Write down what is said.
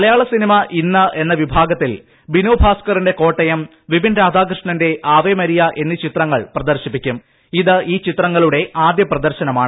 മലയാള cinema ഇന്ന് എന്ന വിഭാഗ്രി്ട്ടിൽ ബിനുഭാസ്കറിന്റെ കോട്ടയം വിപിൻ രാധാക്യൂഷ്ണന്റെ ആവേമരിയ എന്നീ ചിത്രങ്ങൾ പ്രദർശിപ്പിക്കുർപ്പു ഇത് ഈ ചിത്രങ്ങളുടെ ആദ്യ പ്രദർശനമാണ്